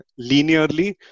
linearly